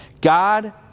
God